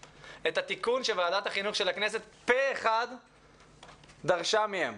התיקון שוועדת החינוך של הכנסת פה אחד דרשה מהם.